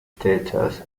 status